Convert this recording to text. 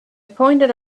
pointed